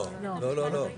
לא, לא, לא.